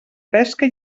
pesca